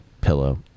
pillow